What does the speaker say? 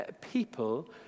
People